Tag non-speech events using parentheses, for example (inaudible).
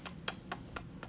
(noise)